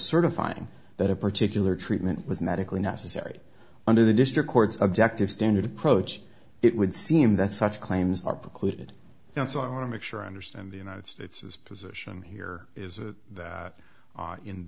certifying that a particular treatment was medically necessary under the district court's objective standard approach it would seem that such claims are precluded now so i want to make sure i understand the united states his position here is that